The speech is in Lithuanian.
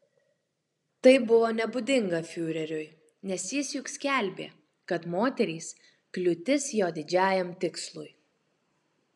tai buvo nebūdinga fiureriui nes jis juk skelbė kad moterys kliūtis jo didžiajam tikslui